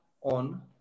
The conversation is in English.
on